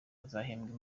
azahembwa